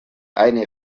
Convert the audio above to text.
eine